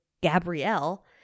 Gabrielle